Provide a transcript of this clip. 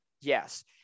Yes